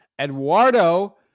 Eduardo